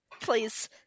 Please